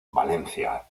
valencia